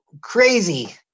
Crazy